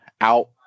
out